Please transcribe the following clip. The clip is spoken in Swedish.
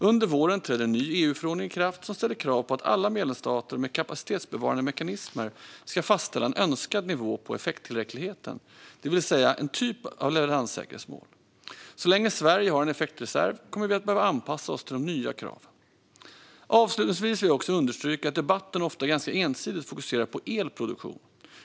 Under våren träder en ny EU-förordning i kraft som ställer krav på att alla medlemsstater med kapacitetsbevarande mekanismer ska fastställa en önskad nivå på effekttillräckligheten, det vill säga en typ av leveranssäkerhetsmål. Så länge Sverige har en effektreserv kommer vi att behöva anpassa oss till de nya kraven. Avslutningsvis vill jag också understryka att debatten ofta ganska ensidigt fokuserar på elproduktion.